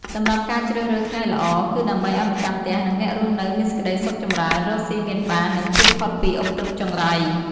សម្រាប់ការជ្រើសរើសថ្ងៃល្អ គឺដើម្បីឲ្យម្ចាស់ផ្ទះ និងអ្នករស់នៅមានសេចក្តីសុខចម្រើន រកស៊ីមានបាន និងជៀសផុតពីឧបទ្រពចង្រៃ។